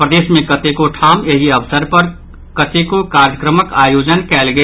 प्रदेश मे कतेको ठाम एहि अवसर पर कतेको कार्यक्रमक आयोजन कयल गेल